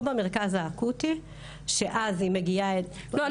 או במרכז האקוטי שאז היא מגיעה --- לא,